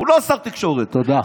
הוא לא שר תקשורת, תודה.